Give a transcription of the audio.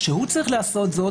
כשהוא צריך לעשות זאת,